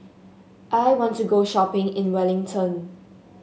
I want to go shopping in Wellington